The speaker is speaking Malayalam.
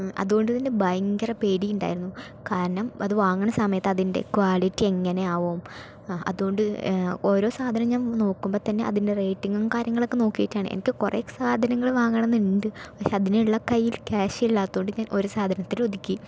അത്കൊണ്ട് തന്നെ ഭയങ്കര പേടിയുണ്ടായിരുന്നു കാരണം അത് വാങ്ങണ സമയത്ത് അതിന്റെ ക്വാളിറ്റി എങ്ങനെയാവും അതുകൊണ്ട് ഓരോ സാധനം ഞാൻ നോക്കുമ്പോൾ തന്നെ അതിന്റെ റേറ്റിങ്ങും കാര്യങ്ങളൊക്കെ നോക്കിയിട്ടാണ് എനിക്ക് കുറെ സാധനങ്ങൾ വാങ്ങണമെന്നുണ്ട് പക്ഷേ അതിനുള്ള കയ്യിൽ കാശില്ലാത്തതുകൊണ്ട് ഞാൻ ഒരു സാധനത്തിലൊതുക്കി